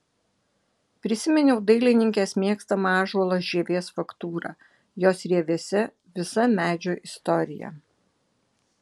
prisiminiau dailininkės mėgstamą ąžuolo žievės faktūrą jos rievėse visa medžio istorija